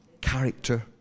character